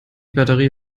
batterie